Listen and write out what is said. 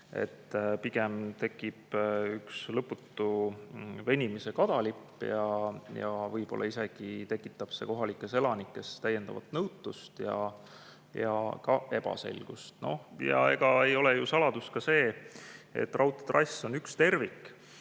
pigem tekib üks lõputu venimise kadalipp, võib-olla tekitab see kohalikes elanikes isegi täiendavat nõutust ja ka ebaselgust. Ega ei ole ju saladus ka see, et raudteetrass on üks tervik. Eestis